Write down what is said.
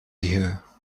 here